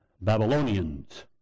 Babylonians